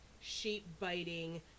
sheep-biting